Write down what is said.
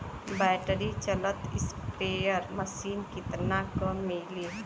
Battery चलत sprayer machine कितना क मिली?